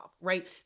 right